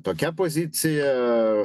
tokia pozicija